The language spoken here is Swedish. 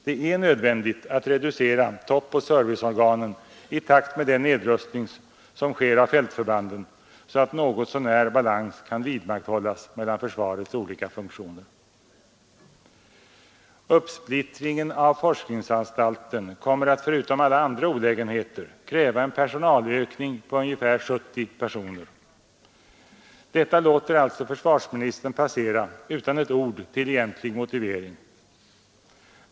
Det är nödvändigt att reducera toppoch serviceorganen i takt med den nedrustning som sker av fältförbanden så att något så när god balans kan vidmakthållas mellan försvarets olika funktioner. Uppsplittringen av forskningsanstalten kommer att förutom alla andra olägenheter kräva en personalökning på ungefär 70 personer. Detta låter alltså försvarsministern passera utan ett ord till egentlig motivering.